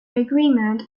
agreement